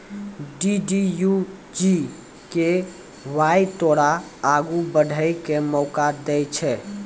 DDU GKY तोरा आगू बढ़ै के मौका दै छै